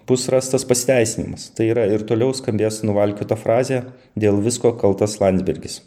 pus rastas pasiteisinimas tai yra ir toliau skambės nuvalkiota frazė dėl visko kaltas landsbergis